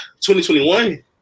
2021